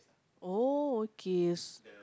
oh okay